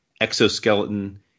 exoskeleton